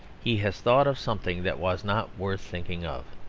he has thought of something that was not worth thinking of.